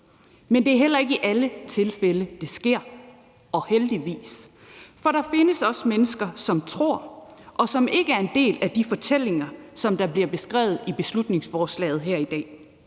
Men det er heller ikke i alle tilfælde, det sker, og heldigvis. For der findes også mennesker, som tror, og som ikke er en del af de fortællinger, som bliver beskrevet i beslutningsforslaget her.